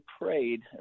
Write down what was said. prayed